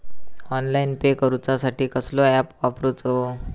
Online pay करूचा साठी कसलो ऍप वापरूचो?